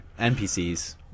NPCs